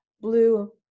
blue